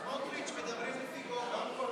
סמוטריץ, מדברים לפי גובה.